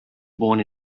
born